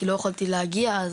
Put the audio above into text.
כי לא יכולתי להגיע,